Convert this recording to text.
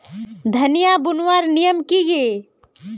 धनिया बूनवार नियम की गे?